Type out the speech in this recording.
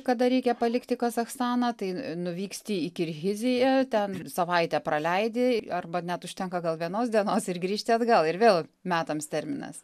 kada reikia palikti kazachstaną tai nuvyksti į kirgiziją ten savaitę praleidi arba net užtenka gal vienos dienos ir grįžti atgal ir vėl metams terminas